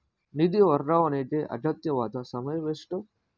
ನಿಧಿ ವರ್ಗಾವಣೆಗೆ ಅಗತ್ಯವಾದ ಸಮಯವೆಷ್ಟು?